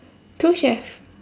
two chefs